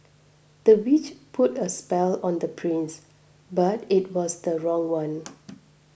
the witch put a spell on the prince but it was the wrong one